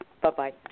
Bye-bye